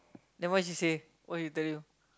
then what she say what she tell you